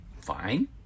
Fine